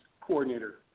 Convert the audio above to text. coordinator